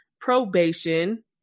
probation